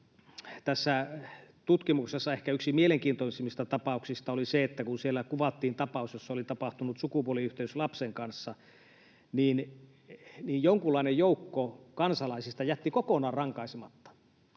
tässä tutkimuksessa ehkä yksi mielenkiintoisimmista tapauksista, oli se, että kun siellä kuvattiin tapaus, jossa oli tapahtunut sukupuoliyhteys lapsen kanssa, niin jonkunlainen joukko kansalaisista jätti kokonaan rankaisematta,